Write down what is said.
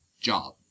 job